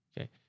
Okay